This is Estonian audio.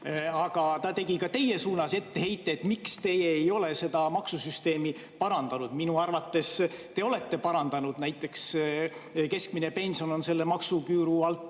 Aga ta tegi ka teie suunas etteheiteid, miks te ei ole seda maksusüsteemi parandanud. Minu arvates te olete parandanud, näiteks keskmine pension on selle maksuküüru alt